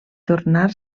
tornar